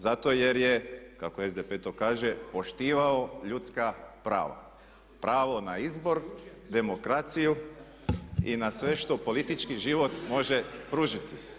Zato jer je kako SDP to kaže poštivao ljudska prava, pravo na izbor, demokraciju i na sve što politički život može pružiti.